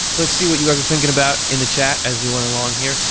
let's see what you guys are thinking about in the chat as we went along here.